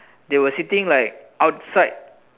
they were sitting like outside